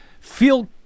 feel